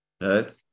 Right